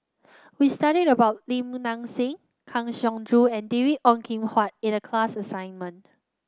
we studied about Lim Nang Seng Kang Siong Joo and David Ong Kim Huat in the class assignment